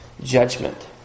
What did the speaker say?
judgment